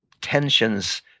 tensions